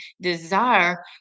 desire